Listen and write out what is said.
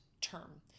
term